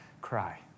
cry